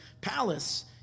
palace